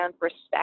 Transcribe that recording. respect